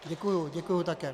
Děkuji, děkuji také.